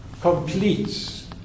completes